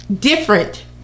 different